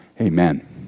amen